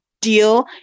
deal